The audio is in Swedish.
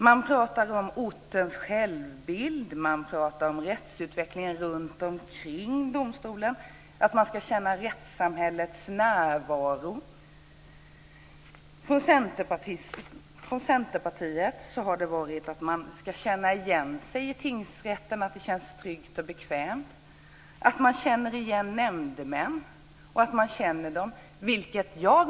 Man pratar om ortens självbild och om rättsutvecklingen runtomkring domstolen, om att man ska känna rättssamhällets närvaro. Från Centerpartiet har det talats om att man ska känna igen sig i tingsrätten, att det känns tryggt och bekvämt, om att man känner igen nämndemän och om att man känner dessa.